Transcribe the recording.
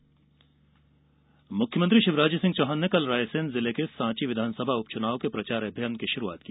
उपच्नाव मुख्यमंत्री शिवराज सिंह चौहान ने कल रायसेन जिले के सांची विधानसभा उपचुनाव के प्रचार अभियान की शुरूआत की